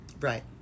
Right